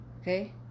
Okay